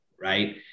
Right